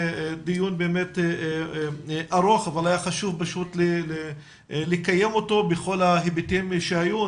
דיון באמת ארוך אבל היה חשוב לקיים אותו בכל ההיבטים שהיו,